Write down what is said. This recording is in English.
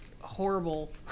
horrible